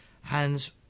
hands